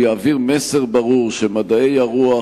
הוא יעביר מסר ברור שמדעי הרוח